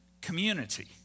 community